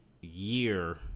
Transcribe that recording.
year